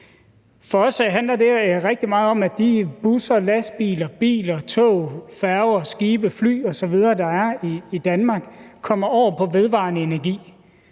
For os handler det rigtig meget om, at de busser, lastbiler, biler, tog, færger, skibe, fly osv., der er i Danmark, kommer over på vedvarende energi.